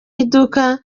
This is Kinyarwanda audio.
iduka